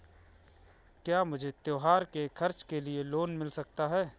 क्या मुझे त्योहार के खर्च के लिए लोन मिल सकता है?